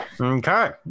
Okay